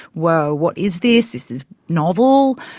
wow, what is this? this is novel.